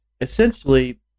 essentially